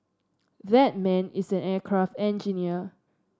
that man is an aircraft engineer